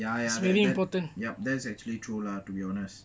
ya ya th~ that's actually true lah to be honest